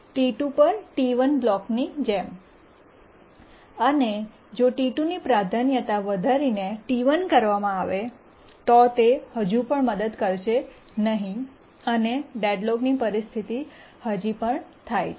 T2 પર T1 બ્લોક્ની જેમ અને જો T2 ની પ્રાધાન્યતા વધારીને T1 કરવામાં આવે તો તે હજી પણ મદદ કરશે નહીં અને ડેડલોક પરિસ્થિતિ હજી પણ થાય છે